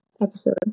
episode